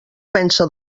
pensa